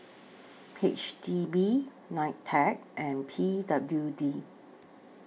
H D B NITEC and P W D